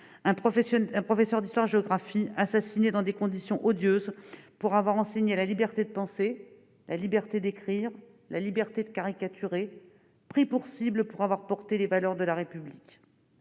un professeur d'histoire-géographie, assassiné dans des conditions odieuses pour avoir enseigné la liberté de penser, la liberté d'écrire, la liberté de caricaturer, pris pour cible pour avoir porté les valeurs de la République.